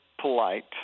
polite